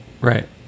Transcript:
Right